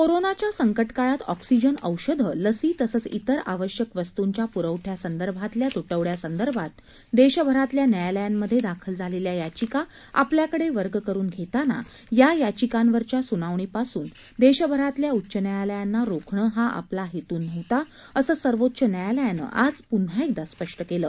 कोरोनाच्या संकट काळात ऑक्सिजन औषधं लसी तसंच इतर आवश्यक वस्तुंच्या पुरवठ्यासंदर्भातल्या तुटवड्यासंदर्भात देशभरातल्या न्यायालयांमधे दाखल झालेल्या याचिका आपल्याकडे वर्ग करून घेताना या याचिकांवरच्या सुनावणीपासून देशभरातल्या उच्चन्यायालयांना रोखणं हा आपला हेतू नव्हता असं सर्वोच्च न्यायालयानं आज पुन्हा एकदा स्पष्ट केलं